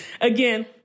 again